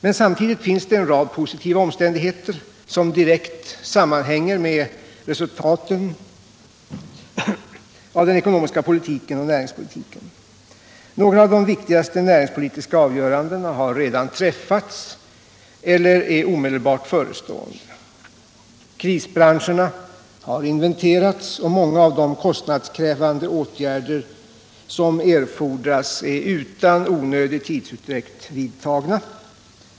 Men samtidigt finns det en rad positiva omständigheter som direkt sammanhänger med resultaten av den ekonomiska politiken och näringspolitiken. Några av de viktigaste näringspolitiska avgörandena har redan träffats eller är omedelbart förestående. Krisbranscherna har inventerats, och många av de kostnadskrävande åtgärder som erfordrats är redan vidtagna utan onödig tidsutdräkt.